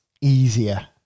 easier